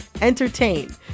entertain